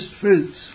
fruits